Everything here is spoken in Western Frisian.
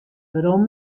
werom